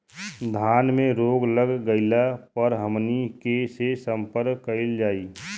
धान में रोग लग गईला पर हमनी के से संपर्क कईल जाई?